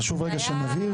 חשוב רגע שנבהיר.